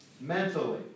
mentally